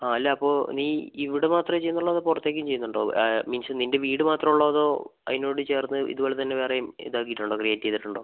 അല്ലാ അപ്പോൾ നീ ഇവിടേ മാത്രമേ ചെയ്യുന്നുള്ളോ അതോ പുറത്തേക്കും ചെയ്യുന്നുണ്ടോ മീൻസ് നിൻ്റെ വീട് മാത്രമേയുള്ളോ അതോ അതിനോട് ചേർന്ന് ഇതുപോലേ തന്നേ വേറേം ഇതാക്കീട്ടുണ്ടോ ക്രിയേറ്റ് ചെയ്തിട്ടുണ്ടോ